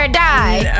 die